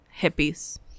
hippies